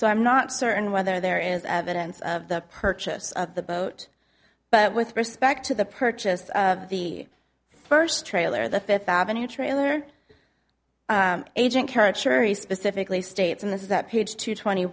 so i'm not certain whether there is evidence of the purchase of the boat but with respect to the purchase of the first trailer the fifth avenue trailer agent current sherry specifically states in this is that page two twenty